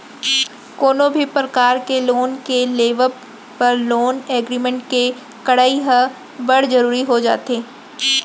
कोनो भी परकार के लोन के लेवब बर लोन एग्रीमेंट के करई ह बड़ जरुरी हो जाथे